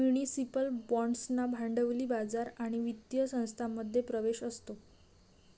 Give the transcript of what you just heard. municipal बाँड्सना भांडवली बाजार आणि वित्तीय संस्थांमध्ये प्रवेश असतो